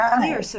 clear